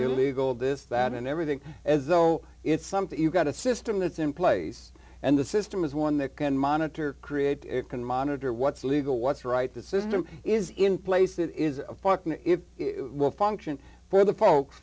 illegal this that and everything as though it's something you've got a system that's in place and the system is one that can monitor create it can monitor what's legal what's right the system is in place that is if you will function for the folks